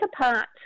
apart